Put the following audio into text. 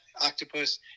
octopus